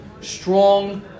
strong